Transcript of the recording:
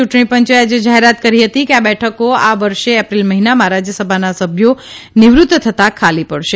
ચૂંટણીપંચે આજે જાહેરાત કરી હતી કે આ બેઠકો આ વર્ષે એપ્રિલ મહિનામાં રાજયસભાના સભ્યો નિવૃત્ત થતાં ખાલી પડશે